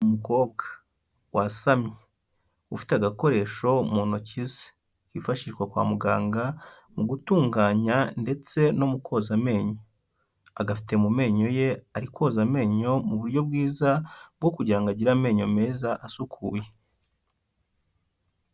Umukobwa wasamye ufite agakoresho mu ntoki ze kifashishwa kwa muganga mu gutunganya ndetse no koza amenyo, agafite mu menyo ye ari koza amenyo mu buryo bwiza bwo kugira ngo agire amenyo meza asukuye.